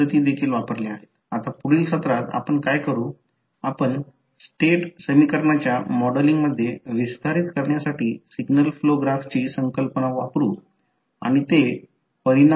तर असेल तेथे असेल कारण दोन्ही i1 i2 डॉटमध्ये प्रवेश करत आहेत याचा अर्थ या डॉटसह हे अॅडिटिव्ह असेल थोडेसे याबद्दल सावधगिरी बाळगा